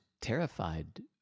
terrified